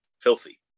Filthy